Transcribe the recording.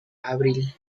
abril